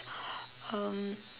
um